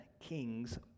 king's